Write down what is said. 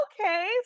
okay